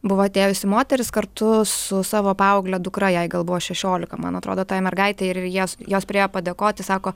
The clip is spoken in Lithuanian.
buvo atėjusi moteris kartu su savo paaugle dukra jai gal buvo šešiolika man atrodo tai mergaitė ir jos jos priėjo padėkoti sako